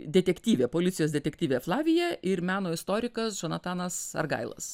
detektyvė policijos detektyvė flavija ir meno istorikas džonatanas argailas